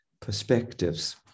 perspectives